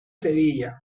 sevilla